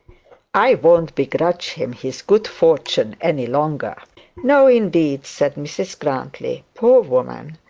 i won't begrudge him his good fortune any longer no, indeed said mrs grantly. poor woman,